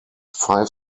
five